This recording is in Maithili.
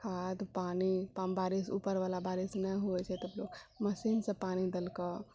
खाद्य पानि कम बारिश ऊपरबला नहि होइत छै तऽ मशीनसे पानि देलकहुँ